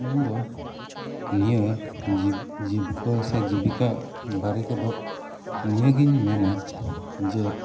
ᱤᱧ ᱫᱚ ᱱᱤᱭᱟᱹ ᱡᱤᱵᱽ ᱡᱤᱵᱽᱠᱟᱹ ᱥᱮ ᱡᱤᱵᱤᱠᱟ ᱵᱟᱨᱮ ᱛᱮᱫᱚ ᱱᱤᱭᱟᱹ ᱜᱮᱧ ᱢᱮᱱᱟ ᱡᱮ